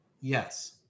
Yes